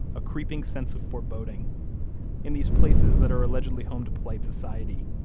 a creeping sense of foreboding in these places that are allegedly home to polite society,